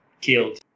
killed